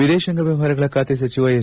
ವಿದೇಶಾಂಗ ವ್ಚವಹಾರಗಳ ಖಾತೆ ಸಚಿವ ಎಸ್